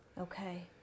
Okay